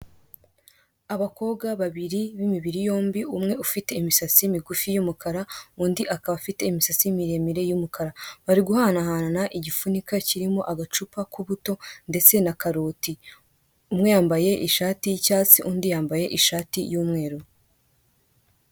Abakobwa babiri b'imibiri yombi umwe ufite imisatsi migufi y'umukara, undi akaba afite imisatsi miremire y'umukara, bari guhanahana igipfunyika kirimo agacupa k'ubuto ndetse n'akaroti. Umwe yambaye ishati y'icyatsi undi yambaye ishati y'umweru.